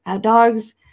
dogs